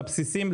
לבסיסים.